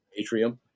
Atrium